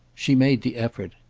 she made the effort.